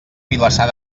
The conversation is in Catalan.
vilassar